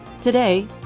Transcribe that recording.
Today